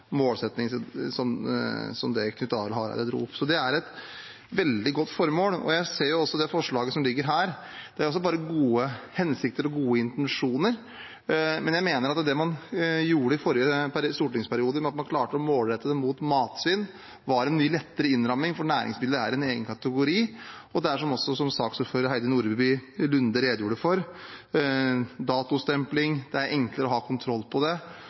opp. Så det er et veldig godt formål. Jeg ser også at det forslaget som ligger her, har bare gode hensikter og gode intensjoner. Men jeg mener at det man gjorde i forrige stortingsperiode, med at man klarte å målrette det mot matsvinn, var en mye lettere innramming. Næringsmidler er en egen kategori, og det er, som også saksordfører Heidi Nordby Lunde redegjorde for, enklere å ha kontroll på datostempling. Det er også lettere å